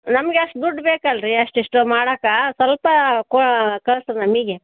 ನಮಗೆ ಅಷ್ಟು ದುಡ್ಡು ಬೇಕಲ್ಲ ರೀ ಅಷ್ಟಿಷ್ಟು ಮಾಡಕ್ಕ ಸ್ವಲ್ಪ ಕೊ ಕಳ್ಸಿ ರಿ ನಮಗೆ